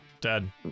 Dead